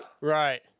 Right